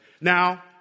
Now